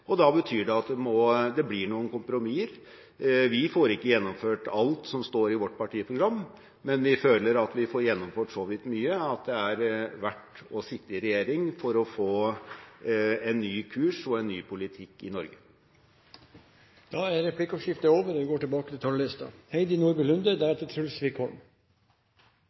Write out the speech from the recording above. Stortinget. Det betyr at det blir noen kompromisser. Vi får ikke gjennomført alt som står i vårt partiprogram, men vi føler at vi får gjennomført så vidt mye at det er verdt å sitte i regjering for å få en ny kurs og en ny politikk i Norge. Replikkordskiftet er over.